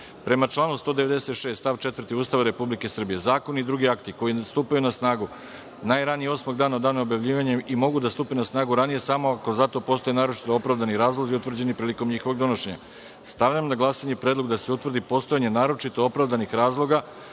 članu 196. stav 4. Ustava Republike Srbije zakoni i drugi akti koji stupaju na snagu najranije osmog dana od dana objavljivanja i mogu da stupe na snagu ranije samo ako zato postoje naročito opravdani razlozi utvrđeni prilikom njihovog donošenja. Stavljam na glasanje predlog da se utvrdi postojanje naročito opravdanih razloga